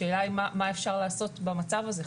השאלה היא מה אפשר לעשות במצב הזה,